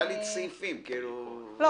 אני